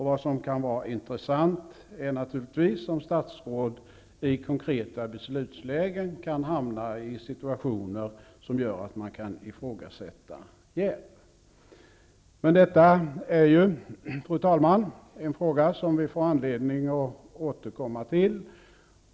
Vad som kan vara intressant är naturligtvis om statsråd i konkreta beslutslägen kan hamna i situationer som gör att man kan ifrågasätta jäv. Men detta är, fru talman, en fråga som vi får anledning att återkomma till.